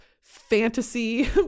fantasy